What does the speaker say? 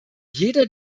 jeder